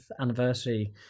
anniversary